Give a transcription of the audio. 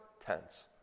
tense